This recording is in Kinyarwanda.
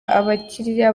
abakiriya